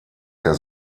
der